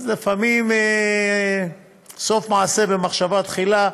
לפעמים, סוף מעשה במחשבה תחילה.